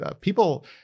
people